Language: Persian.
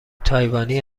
تایوانی